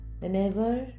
Whenever